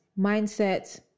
Mindset